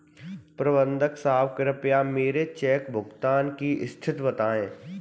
प्रबंधक साहब कृपया मेरे चेक भुगतान की स्थिति बताएं